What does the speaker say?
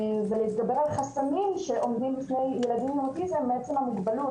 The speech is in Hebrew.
ולהתגבר על חסמים שעומדים בפני ילדים עם אוטיזם מעצם המוגבלות